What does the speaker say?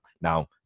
Now